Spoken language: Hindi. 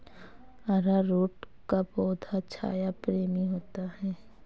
अरारोट का पौधा छाया प्रेमी होता है